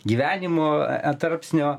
gyvenimo tarpsnio